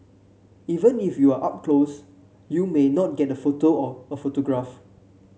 even if you are up close you may not get a photo or autograph